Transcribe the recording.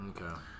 Okay